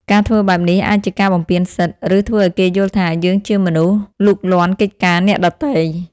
ការធ្វើបែបនេះអាចជាការបំពានសិទ្ធិ ឬធ្វើឲ្យគេយល់ថា យើងជាមនុស្សលូកលាន់កិច្ចការអ្នកដទៃ។